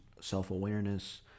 self-awareness